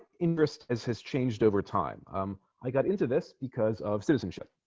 interest as has changed over time um i got into this because of citizenship